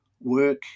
work